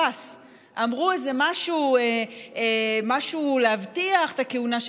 האם זה נראה למישהו הגיוני שבעל מוסך